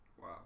wow